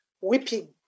whipping